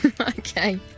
Okay